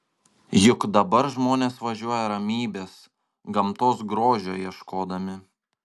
juk dabar žmonės važiuoja ramybės gamtos grožio ieškodami